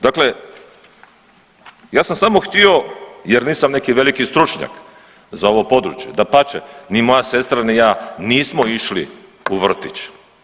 Dakle, ja sam samo htio jer nisam neki veliki stručnjak za ovo područje, dapače ni moja sestra ni ja nismo išli u vrtić.